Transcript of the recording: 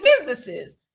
businesses